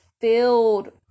filled